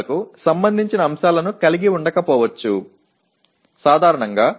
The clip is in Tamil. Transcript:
க்கள் தொடர்பான உருப்படிகளை சேர்க்க விரும்பலாம் விரும்பாமலும் போகலாம்